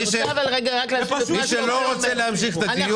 זה פשוט --- אני רוצה רק --- מי שלא רוצה להמשיך את הדיון,